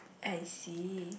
I see